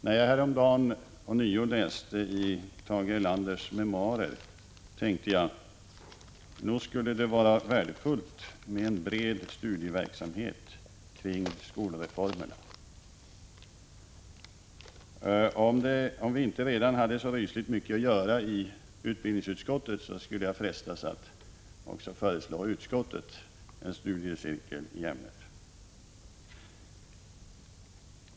När jag häromdagen ånyo läste i Tage Erlanders memoarer, tänkte jag: Nog skulle det vara värdefullt med en bred studieverksamhet kring skolreformerna. Om vi inte redan hade så rysligt mycket att göra i utbildningsutskottet, skulle jag frestas att också föreslå utskottet en studiecirkel i ämnet.